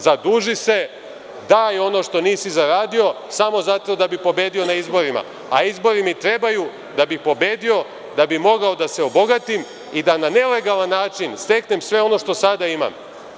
Zaduži se, daj ono što nisi zaradio samo zato da bi pobedio na izborima, a izbori mi trebaju da bi pobedio, da bi mogao da se obogatim i da nelegalan način steknem sve ono što sada imam.